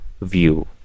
view